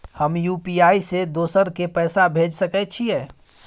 हम यु.पी.आई से दोसर के पैसा भेज सके छीयै?